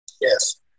Yes